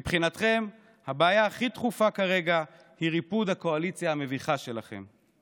מבחינתכם הבעיה הכי דחופה כרגע היא ריפוד הקואליציה המביכה שלכם.